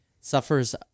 Suffers